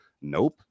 nope